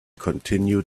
continued